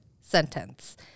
sentence